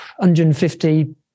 150